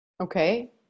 Okay